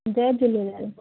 Jay Jhulelal